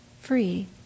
free